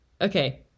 Okay